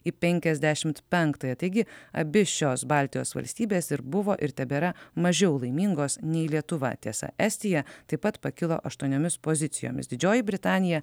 į penkiasdešimt penktąją taigi abi šios baltijos valstybės ir buvo ir tebėra mažiau laimingos nei lietuva tiesa estija taip pat pakilo aštuoniomis pozicijomis didžioji britanija